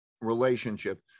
relationship